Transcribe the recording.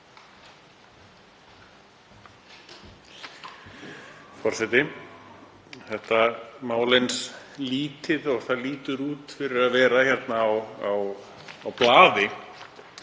Forseti. Þetta mál, eins lítið og það lítur út fyrir að vera á blaði,